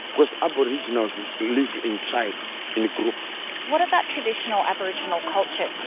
cause aboriginals live in tribes, in groups what about traditional aboriginal culture?